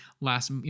last